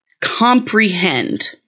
comprehend